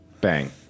Bang